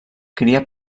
cria